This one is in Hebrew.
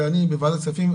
אני בוועדת הכספים,